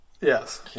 yes